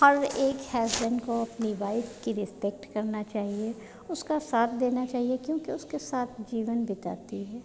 हर एक हेसबेन्ड को अपनी वाइफ़ की रिस्पेक्ट करनी चाहिए उसका साथ देना चाहिए क्योंकि उसके साथ जीवन बिताती है